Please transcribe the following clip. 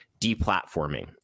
deplatforming